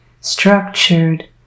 structured